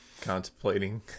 contemplating